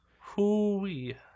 Hooey